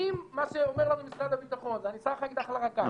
אם מה שאומר לנו משרד הביטחון: אני שם לך אקדח לרקה,